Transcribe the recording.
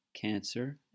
cancer